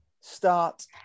start